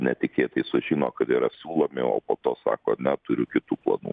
netikėtai sužino kad yra siūlomi o po to sako ne turiu kitų planų